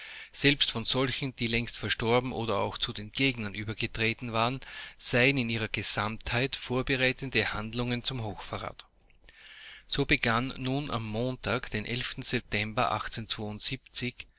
selbst von solchen die längst verstorben oder auch zu den gegnern übergetreten waren seien in ihrer gesamtheit vorbereitende handlungen zum hochverrat so begann nun am montag den september